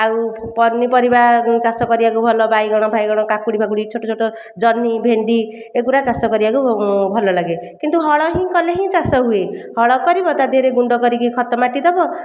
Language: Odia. ଆଉ ପନିପରିବା ଚାଷ କରିବାକୁ ଭଲ ବାଇଗଣ ଫାଇଗଣ କାକୁଡ଼ି ଫାକୁଡ଼ି ଛୋଟ ଛୋଟ ଜହ୍ନି ଭେଣ୍ଡି ଏଗୁଡ଼ାକ ଚାଷ କରିବାକୁ ଭଲ ଲାଗେ କିନ୍ତୁ ହଳ ହିଁ କଲେ ହିଁ ଚାଷ ହୁଏ ହଳ କରିବ ତା'ଦେହରେ ଗୁଣ୍ଡ କରିକି ଖତ ମାଟି ଦେବ